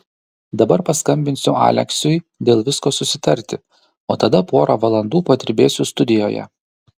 dabar paskambinsiu aleksiui dėl visko susitarti o tada porą valandų padirbėsiu studijoje